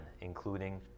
including